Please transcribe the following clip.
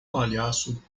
palhaço